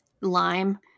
lime